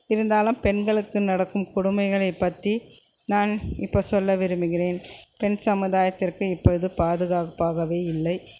இருந்தாலும் பெண்களுக்கு நடக்கும் கொடுமைகளை பற்றி நான் இப்போ சொல்ல விரும்புகிறேன் பெண் சமுதாயத்திற்கு இப்பொழுது பாதுகாப்பாகவே இல்லை